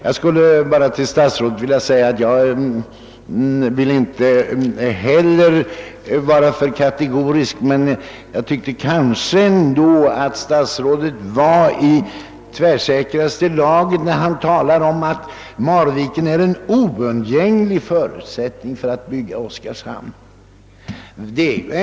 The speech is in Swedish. i Inte heller jag vill vara för katego risk, men jag tyckte att statsrådet var i tvärsäkraste laget när han talade om att Marviken oundgängligen var en förutsättning för att bygga oskarshamnsreaktorn.